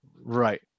Right